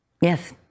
Yes